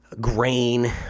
grain